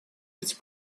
быть